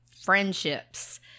friendships